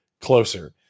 closer